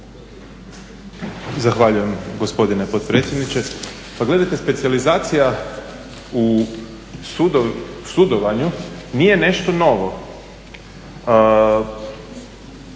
Zahvaljujem gospodine potpredsjedniče. Pa gledajte specijalizacija u sudovanju nije nešto novo.